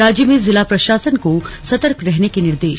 राज्य में जिला प्रशासन को सतर्क रहने के निर्देश